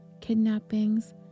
kidnappings